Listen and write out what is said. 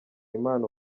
imana